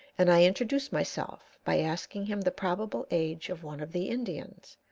and i introduce myself by asking him the probable age of one of the indians,